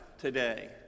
today